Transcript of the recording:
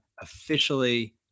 officially